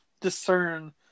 discern